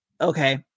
okay